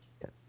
Yes